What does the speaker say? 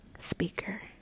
Speaker